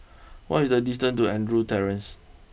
what is the distance to Andrews Terrace